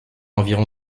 environ